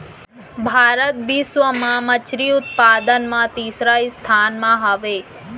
भारत बिश्व मा मच्छरी उत्पादन मा तीसरा स्थान मा हवे